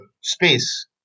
space